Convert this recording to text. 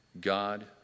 God